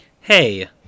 Hey